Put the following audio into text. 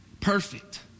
perfect